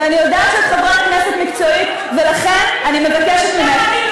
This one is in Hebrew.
ואני יודעת שאת חברת כנסת מקצועית ולכן אני מבקשת ממך,